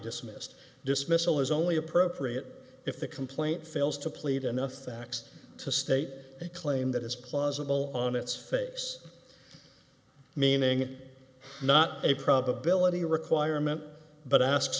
dismissed dismissal is only appropriate if the complaint fails to plead enough to x to state a claim that is plausible on its face meaning it not a probability requirement but asks